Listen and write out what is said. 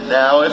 now